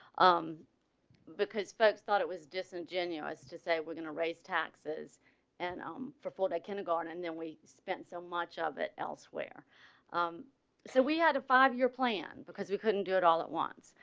um because folks thought it was disingenuous to say we're gonna raise taxes and um for, for their kindergarten and then we spent so much of it elsewhere um so we had a five year plan because we couldn't do it all at once,